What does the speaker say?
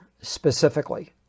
specifically